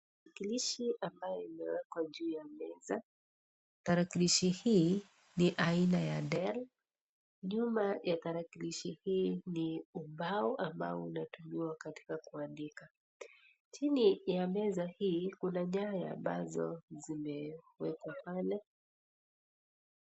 Tarakilishi ambayo imewekwa juu ya meza. Tarakilishi hii ni aina ya Dell. Nyuma ya tarakilishi hii ni ubao ambao unatumiwa katika kuandika. Chini ya meza hii kuna nyanya ambazo zimewekwa pale.